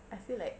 I feel like